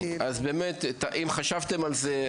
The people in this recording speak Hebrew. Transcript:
אם חשבתם על זה,